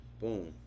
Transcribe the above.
boom